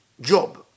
Job